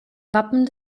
wappen